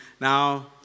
Now